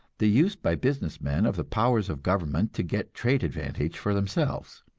the use by business men of the powers of government to get trade advantage for themselves,